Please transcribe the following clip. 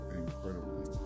incredibly